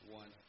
one